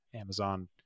Amazon